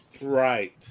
Right